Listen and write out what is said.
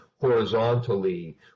horizontally